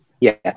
Yes